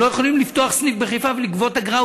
הם לא יכולים לפתוח סניף בחיפה ולגבות אגרה,